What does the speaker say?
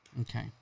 Okay